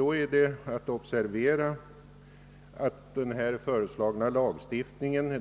Här är att observera, att den föreslagna lagstiftningen